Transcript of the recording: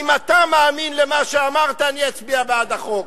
אם אתה מאמין למה שאמרת, אני אצביע בעד החוק.